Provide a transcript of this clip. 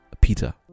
Peter